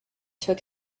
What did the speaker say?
took